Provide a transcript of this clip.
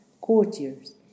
courtiers